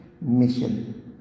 mission